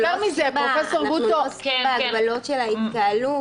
--- אנחנו לא עוסקים בהגבלות של ההתקהלות